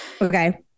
Okay